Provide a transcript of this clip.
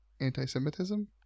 anti-Semitism